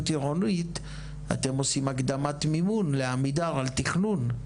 עירונית אתם עושים הקדמת מימון לעמידר על תכנון.